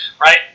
right